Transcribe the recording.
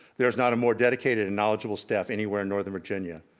there's not a more dedicated and knowledgeable staff anywhere in northern virginia.